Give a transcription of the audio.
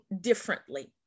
differently